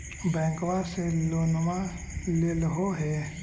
बैंकवा से लोनवा लेलहो हे?